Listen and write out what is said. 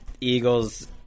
Eagles